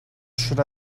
should